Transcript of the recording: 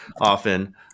often